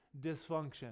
dysfunction